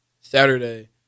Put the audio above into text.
Saturday